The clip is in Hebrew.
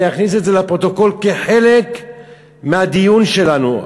אני אכניס את זה לפרוטוקול כחלק מהדיון שלנו.